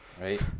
right